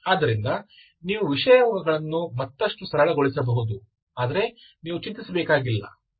ಆದ್ದರಿಂದ ನೀವು ವಿಷಯಗಳನ್ನು ಮತ್ತಷ್ಟು ಸರಳಗೊಳಿಸಬಹುದು ಆದರೆ ನೀವು ಚಿಂತಿಸಬೇಕಾಗಿಲ್ಲ